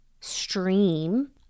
stream